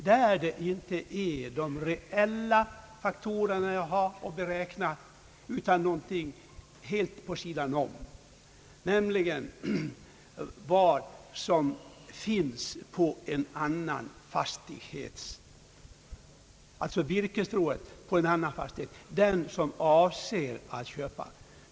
Det blir inte bara de reella faktorerna man har att beräkna utan någonting helt vid sidan om, nämligen det virkesförråd som finns på en annan fastighet än den man har för avsikt att köpa.